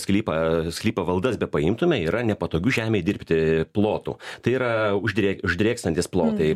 sklypą sklypo valdas bepaimtume yra nepatogių žemei dirbti plotų tai yra uždrėkstantys plotai